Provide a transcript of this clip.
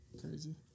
Crazy